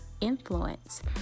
influence